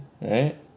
right